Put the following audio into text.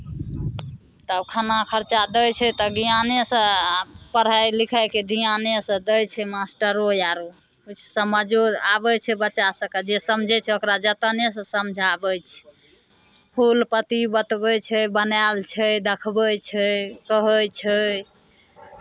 तऽ खाना खर्चा दै छै तऽ ज्ञानेसँ तऽ पढ़य लिखयके ध्यानेसँ दै छै मास्टरो आरो समझो आबै छै बच्चा सभके जे समझै छै ओकरा जतनेसँ समझाबै छै फूल पत्ती बतबै छै बनायल छै देखबै छै कहै छै